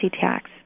tax